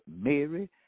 Mary